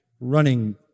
running